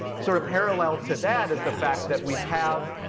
sort of parallel to that is the fact that we have,